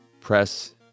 press